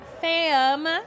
fam